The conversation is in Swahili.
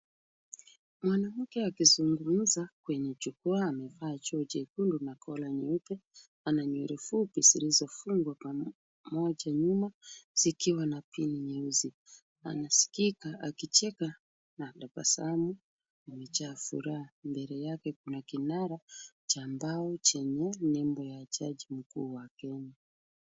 Mwanamke akizungumza kwenye jukwaa amevaa joho jekundu na kola nyeupe, ana nywele fupi zilizofungwa pamoja nyuma zikiwa na pini nyeusi. Anasikika akicheka na anatabasamu amejaa furaha. Mbele yake kuna kinara cha mbao chenye nembo ya jaji mkuu wa Kenya.